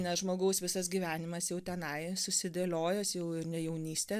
nes žmogaus visas gyvenimas jau tenai susidėliojęs jau ir ne jaunystė